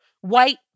white